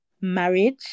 Marriage